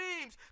dreams